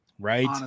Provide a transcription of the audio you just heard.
Right